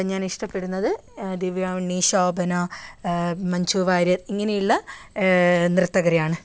ഞാൻ ഇഷ്ടപ്പെടുന്നത് ദിവ്യ ഉണ്ണി ശോഭന മഞ്ജു വാര്യർ ഇങ്ങനെയുള്ള നൃത്തകരെയാണ്